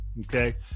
okay